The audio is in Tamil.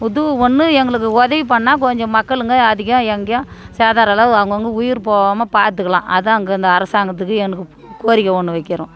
உதவி ஒன்று எங்களுக்கு உதவி பண்ணால் கொஞ்சம் மக்களுங்க அதிகம் எங்கேயும் சேதாரம் இல்லாத அவங்கவுங்க உயிர் போகாமல் பார்த்துக்கலாம் அதுதான் அங்கே அந்த அரசாங்கத்துக்கு எனக்கு கோரிக்கை ஒன்று வைக்கின்றோம்